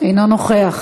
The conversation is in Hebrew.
אינו נוכח.